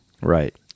Right